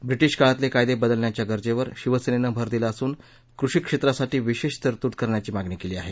British काळातले कायदे बदलण्याच्या गरजेवर शिवसेनेनं भर दिला असून कृषी क्षेत्रासाठी विशेष तरतूद करण्याची मागणी केली आहे